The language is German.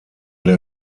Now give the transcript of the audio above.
der